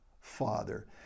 Father